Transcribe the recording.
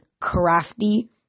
crafty